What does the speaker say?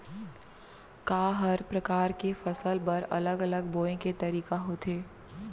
का हर प्रकार के फसल बर अलग अलग बोये के तरीका होथे?